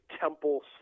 temple